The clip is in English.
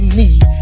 need